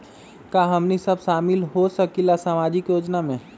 का हमनी साब शामिल होसकीला सामाजिक योजना मे?